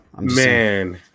Man